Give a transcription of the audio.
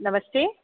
नमस्ते